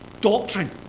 Doctrine